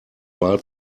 mal